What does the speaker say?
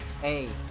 Hey